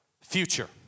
Future